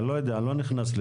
אני לא יודע, אני לא נכנס לזה.